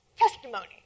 testimony